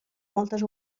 moltes